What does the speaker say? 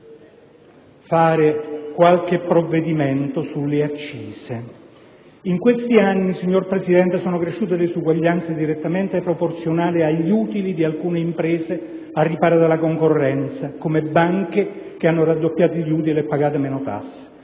In questi anni, signor Presidente, sono cresciute le disuguaglianze direttamente proporzionali agli utili di alcune imprese al riparo dalla concorrenza, come le banche, che hanno raddoppiato gli utili e pagato meno tasse.